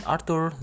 Arthur